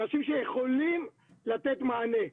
אנשים שיכולים לתת מענה.